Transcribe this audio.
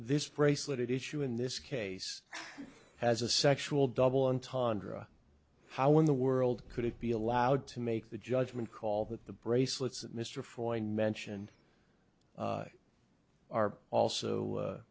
this bracelet issue in this case as a sexual double entendre how in the world could it be allowed to make the judgment call that the bracelets mr ford mention are also